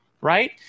right